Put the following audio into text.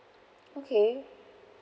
okay